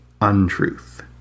untruth